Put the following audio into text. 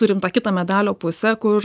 turim tą kitą medalio pusę kur